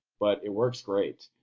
but it works great.